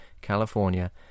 California